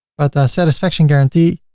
but satisfaction guarantee,